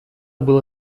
было